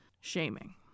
shaming